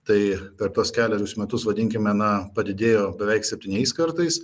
tai per tuos kelerius metus vadinkime na padidėjo beveik septyniais kartais